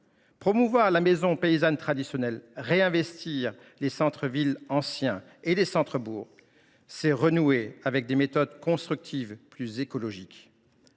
Promouvoir la maison paysanne traditionnelle, réinvestir les centres villes anciens et les centres bourgs, c’est renouer avec des méthodes de construction plus écologiques.